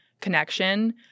connection